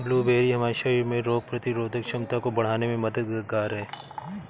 blueberry हमारे शरीर में रोग प्रतिरोधक क्षमता को बढ़ाने में मददगार है